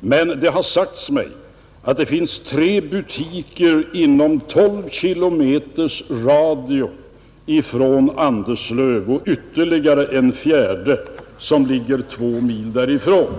men det har sagts mig att det finns tre butiker inom tolv kilometers radie från Anderslöv och ytterligare en fjärde som ligger två mil därifrån.